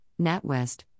NatWest